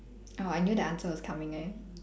oh I knew that answer was coming eh